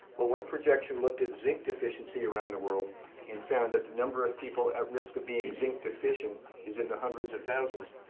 well, one projection looked at zinc deficiency around the world and found that the number of people at risk of being zinc deficient is in the hundreds of thousands,